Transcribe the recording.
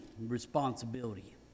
responsibility